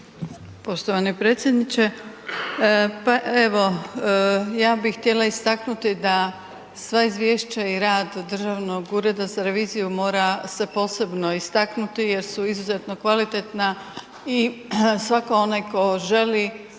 Poštovani predsjedniče. Pa evo, ja bi htjela istaknuti da sva izvješća i rad Državnog ureda za reviziju mora se posebno istaknuti jer su izuzetno kvalitetna i svako onaj tko želi